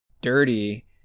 Dirty